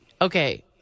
Okay